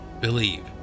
believe